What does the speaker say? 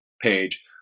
page